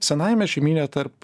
senajame žemyne tarp